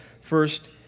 first